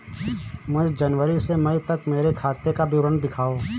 मुझे जनवरी से मई तक मेरे खाते का विवरण दिखाओ?